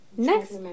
next